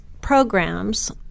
programs